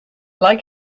like